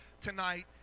tonight